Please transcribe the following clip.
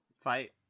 Fight